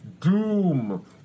Doom